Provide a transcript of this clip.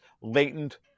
latent